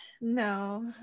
No